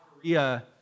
Korea